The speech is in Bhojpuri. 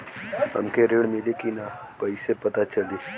हमके ऋण मिली कि ना कैसे पता चली?